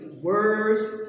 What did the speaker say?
words